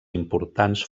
importants